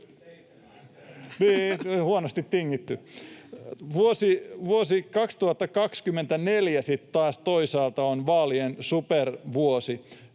huonosti tingitty. Vuosi 2024 sitten taas toisaalta on vaalien supervuosi.